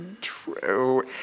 true